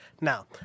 Now